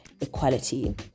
equality